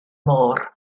môr